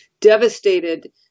devastated